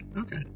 okay